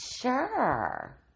sure